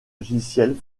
logiciels